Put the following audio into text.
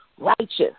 righteous